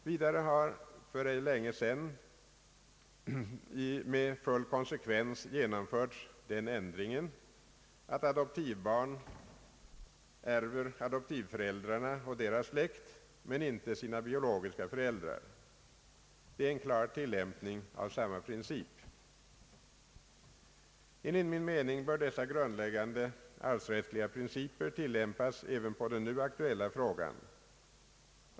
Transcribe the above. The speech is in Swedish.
Vidare har för ej länge sedan med full konsekvens genomförts den ändringen, att adoptivbarn ärver adoptivföräldrarna och deras släkt men ej sina biologiska föräldrar. Det är en klar tillämpning av samma princip. Enligt min mening bör dessa grundläggande arvsrättsliga principer tillämpas även på den nu aktuella frågan.